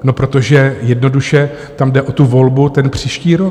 No protože jednoduše tam jde o tu volbu ten příští rok.